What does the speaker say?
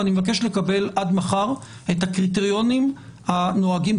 אני מבקש לקבל עד מחר את הקריטריונים הכתובים